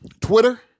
Twitter